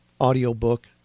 audiobook